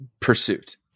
pursuit